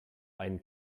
einen